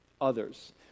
others